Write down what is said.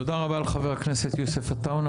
תודה רבה לחבר הכנסת יוסף עטאונה,